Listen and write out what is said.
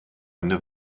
eine